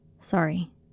Sorry